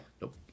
Nope